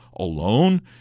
alone